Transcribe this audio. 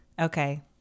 Okay